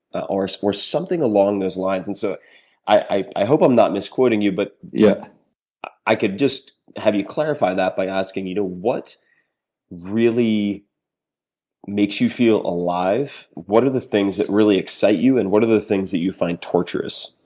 ah or so or something along those lines. and so i i hope i'm not misquoting you, but yeah i could just have you clarify that by asking you what really makes you feel alive? what are the things that really excite you and what are the things that you find torturous